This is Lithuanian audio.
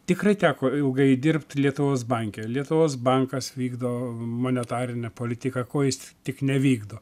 tikrai teko ilgai dirbt lietuvos banke lietuvos bankas vykdo monetarinę politiką ko jis tik nevykdo